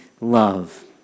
love